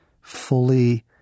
fully